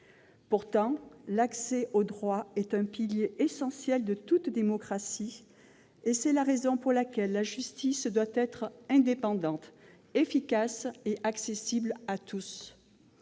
Pourtant, l'accès au droit est un pilier essentiel de toute démocratie et c'est la raison pour laquelle la justice doit être indépendante, efficace et accessible à tous.